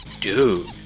dude